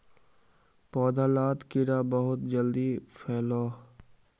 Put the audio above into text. पौधा लात कीड़ा बहुत जल्दी फैलोह